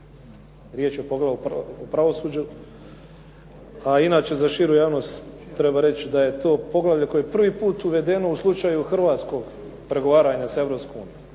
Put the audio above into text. Riječ je o poglavlju pravosuđu, a inače za širu javnost treba reći da je to poglavlje koje je prvi put uvedeno u slučaju hrvatskog pregovaranja s